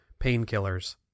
painkillers